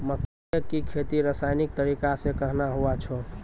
मक्के की खेती रसायनिक तरीका से कहना हुआ छ?